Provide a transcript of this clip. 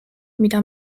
mida